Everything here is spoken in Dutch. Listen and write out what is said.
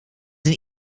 een